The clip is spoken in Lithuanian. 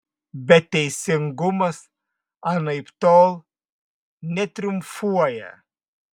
bet teisingumas anaiptol netriumfuoja